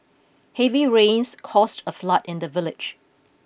heavy rains caused a flood in the village